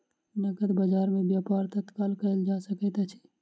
नकद बजार में व्यापार तत्काल कएल जा सकैत अछि